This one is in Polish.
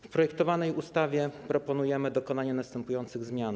W projektowanej ustawie proponujemy dokonanie następujących zmian.